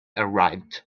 arrived